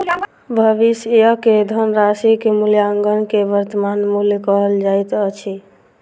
भविष्यक धनराशिक मूल्याङकन के वर्त्तमान मूल्य कहल जाइत अछि